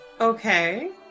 Okay